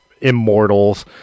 immortals